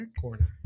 Corner